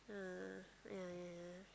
ah yeah yeah yeah